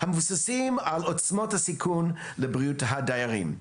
המבוססים על עוצמות הסיכון לבריאות הדיירים.